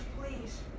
please